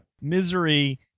Misery